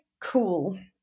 cool